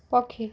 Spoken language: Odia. ପକ୍ଷୀ